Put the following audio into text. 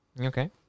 Okay